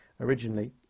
originally